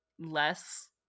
less